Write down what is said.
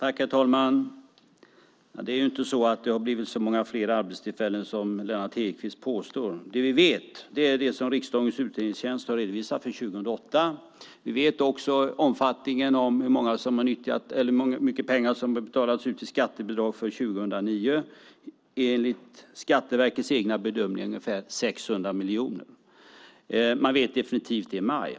Herr talman! Det är inte så att det har blivit så många fler arbetstillfällen som Lennart Hedquist påstår. Det vi vet är det som riksdagens utredningstjänst har redovisat för 2008. Vi vet också hur mycket pengar som har betalats ut i skattebidrag för 2009. Enligt Skatteverkets egen bedömning är det ungefär 600 miljoner. Man vet definitivt i maj.